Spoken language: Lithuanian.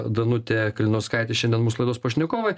danutė kalinauskaitė šiandien mūsų laidos pašnekovai